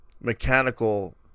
mechanical